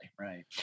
right